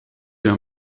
der